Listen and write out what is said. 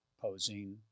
posing